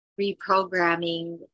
reprogramming